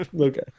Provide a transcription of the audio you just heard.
Okay